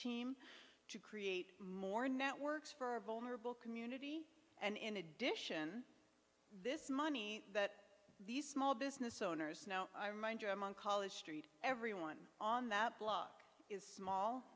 team to create more networks for our vulnerable community and in addition this money that these small business owners now college street everyone on that block is small